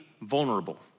vulnerable